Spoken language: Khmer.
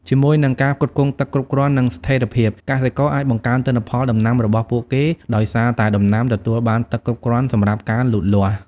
ជាមួយនឹងការផ្គត់ផ្គង់ទឹកគ្រប់គ្រាន់ និងស្ថិរភាព កសិករអាច បង្កើនទិន្នផលដំណាំរបស់ពួកគេ ដោយសារតែដំណាំទទួលបានទឹកគ្រប់គ្រាន់សម្រាប់ការលូតលាស់។